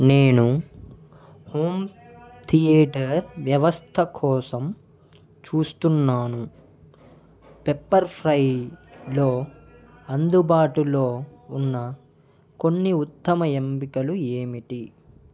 నేను home theatre వ్యవస్థ కోసం చూస్తున్నాను పెప్పర్ఫ్రైలో అందుబాటులో ఉన్న కొన్ని ఉత్తమ ఎంపికలు ఏమిటి